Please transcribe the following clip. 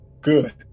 Good